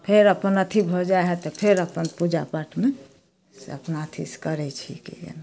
फेर अपन अथी भऽ जाइ हइ तऽ फेर अपन पूजा पाठमे से अपना अथी से करै छी गेन